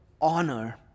honor